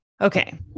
okay